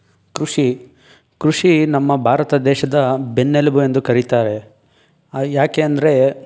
ಕೃಷಿ ಕೃಷಿ ನಮ್ಮ ಭಾರತ ದೇಶದ ಬೆನ್ನೆಲುಬು ಎಂದು ಕರೀತಾರೆ ಯಾಕೆ ಅಂದರೆ